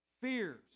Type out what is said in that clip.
fears